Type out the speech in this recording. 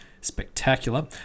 spectacular